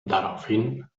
daraufhin